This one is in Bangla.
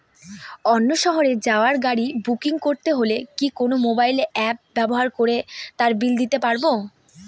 অন্য শহরে যাওয়ার গাড়ী বুকিং করতে হলে কি কোনো মোবাইল অ্যাপ ব্যবহার করে তার বিল দিতে পারব?